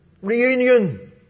Reunion